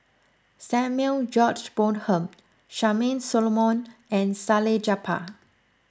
Samuel George Bonham Charmaine Solomon and Salleh Japar